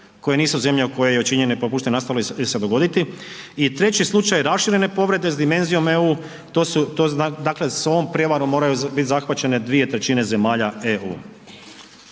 koje nisu zemlje u kojima je činjenje ili propuštanje nastalo ili će se dogoditi. I treći slučaj raširene povrede s dimenzijom EU, to su, to, dakle, s ovom prijevarom moraju bit zahvaćene 2/3 zemalja EU.